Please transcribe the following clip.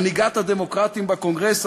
מנהיגת הדמוקרטים בקונגרס,